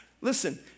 Listen